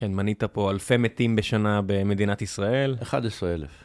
כן, מנית פה אלפי מתים בשנה במדינת ישראל. 11,000.